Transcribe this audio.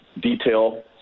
detail